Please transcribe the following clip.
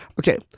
Okay